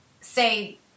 say